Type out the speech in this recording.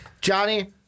Johnny